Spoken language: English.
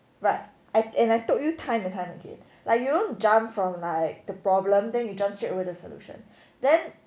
right I and I told you time and time again like you don't jump from like the problem then you jump straight away to solution then